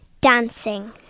Dancing